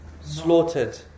slaughtered